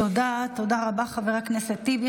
תודה רבה, חבר הכנסת טיבי.